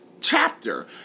chapter